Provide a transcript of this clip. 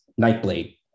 Nightblade